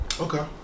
Okay